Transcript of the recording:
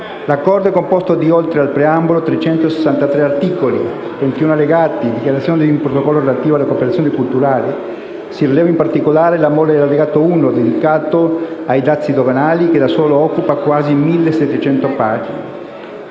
L'Accordo è composto, oltre al preambolo, di 363 articoli, 21 allegati, dichiarazioni e un protocollo relativo alla cooperazione culturale. Si rileva, in particolare, la mole dell'Allegato 1 dedicato ai dazi doganali che, da solo, occupa quasi 1.700 pagine.